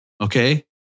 okay